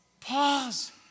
pause